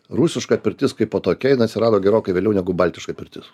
rusiška pirtis kaipo tokia jin atsirado gerokai vėliau negu baltiška pirtis